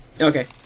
Okay